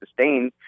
sustain